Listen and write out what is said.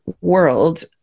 world